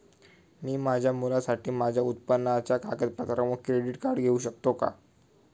मी माझ्या मुलासाठी माझ्या उत्पन्नाच्या कागदपत्रांवर क्रेडिट कार्ड घेऊ शकतो का?